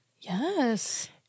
Yes